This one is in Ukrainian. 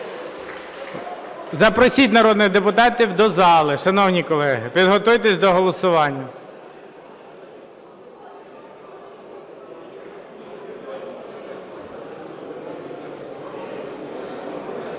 Запросіть народних депутатів до зали. Шановні колеги, підготуйтесь до голосування.